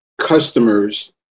customers